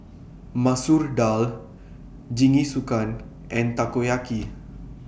Masoor Dal Jingisukan and Takoyaki